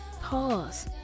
Pause